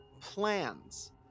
plans